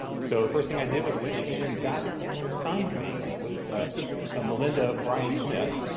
so first thing i did was went and got someone assigned to me. and it was ah malinda bryan-smith.